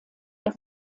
der